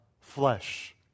flesh